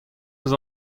eus